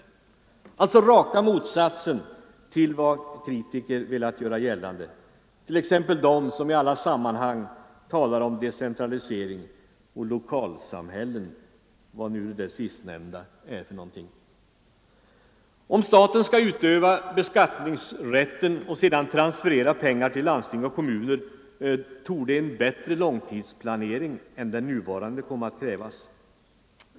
Det är alltså raka motsatsen till vad kritiker velat göra gällande, t.ex. de som i alla sammanhang talar om decentralisering och lokalsamhällen — vad nu det sistnämnda är för någonting! Om staten skall utöva beskattningsrätten och sedan transferera pengar till landsting och kommuner, kommer en bättre långtidsplanering än den nuvarande att krävas.